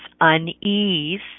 unease